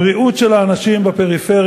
הפיילוט לא יעבוד על ריק בתשעת החודשים הבאים,